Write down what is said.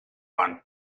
one